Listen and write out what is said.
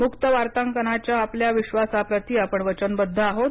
मुक्त वार्तांकनावरच्या आपल्या विश्वासाप्रती आपण वचनबद्ध आहोत